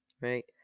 right